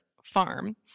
Farm